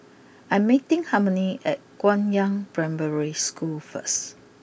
I'm meeting Harmony at Guangyang Primary School first